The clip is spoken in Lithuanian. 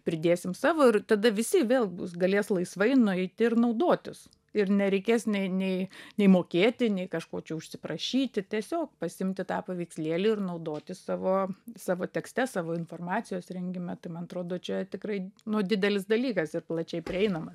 pridėsim savo ir tada visi vėl bus galės laisvai nueiti ir naudotis ir nereikės nei nei nei mokėti nei kažko čia užsiprašyti tiesiog pasiimti tą paveikslėlį ir naudotis savo savo tekste savo informacijos rengime tai man atrodo čia tikrai nu didelis dalykas ir plačiai prieinamas